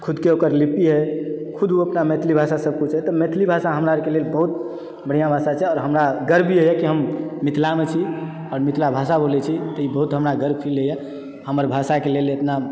खुदके ओकर लिपि है खुद ओ अपन भाषाके सभ किछु है तऽ मैथिली भाषा हमरा अरके लेल बहुत बढिआँ भाषा छै आओर हमरा गर्वए कि हम मिथिलामे छी आओर मिथिला भाषा बोलय छी तऽ ई बहुत हमरा गर्व फील होइए हमर भाषाके लेल इतना